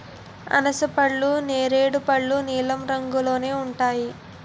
అనాసపళ్ళు నేరేడు పళ్ళు నీలం రంగులోనే ఉంటాయి